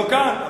לא כאן,